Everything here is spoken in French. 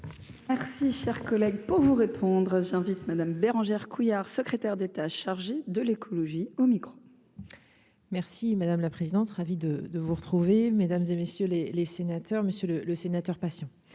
Merci, cher collègue, pas vous répondre, j'invite Madame Bérangère Couillard, secrétaire d'État chargée de l'écologie au micro. Merci madame la présidente, ravi de vous retrouver, mesdames et messieurs les les sénateurs, monsieur le le sénateur patient